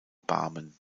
barmen